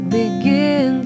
begin